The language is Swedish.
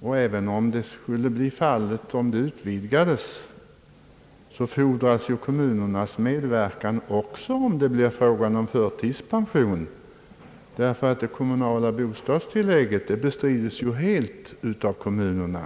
och om verksamheten utvidgas, fordras ju kommunernas medverkan även då det blir fråga om förtidspension, eftersom det kommunala bostadstillägget helt bekostas av kommunerna.